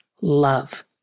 love